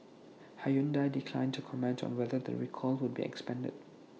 Hyundai declined to comment on whether the recall would be expanded